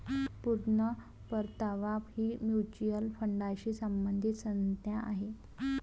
पूर्ण परतावा ही म्युच्युअल फंडाशी संबंधित संज्ञा आहे